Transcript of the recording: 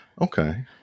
Okay